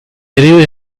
really